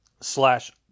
slash